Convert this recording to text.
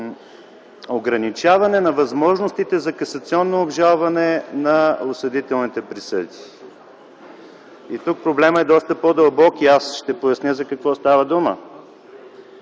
ограничаването на възможностите за касационно обжалване на осъдителните присъди. Тук проблемът е доста по-дълбок. Ще поясня за какво става дума.